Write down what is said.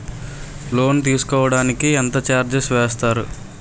Loan తీసుకోడానికి ఎంత charges వేస్తారు?